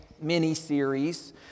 mini-series